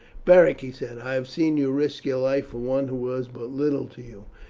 beric, he said, i have seen you risk your life for one who was but little to you,